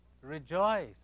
Rejoice